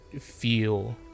feel